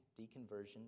deconversion